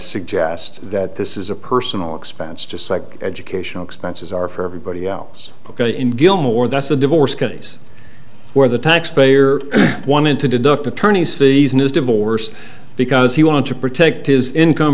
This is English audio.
suggest that this is a personal expense just like educational expenses are for everybody else ok in gilmore that's the divorce case where the taxpayer wanted to deduct attorney's fees in his divorce because he wanted to protect his income